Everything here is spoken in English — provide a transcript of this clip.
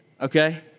okay